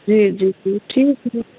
जी जी ठीक